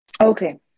Okay